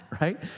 right